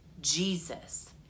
Jesus